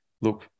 look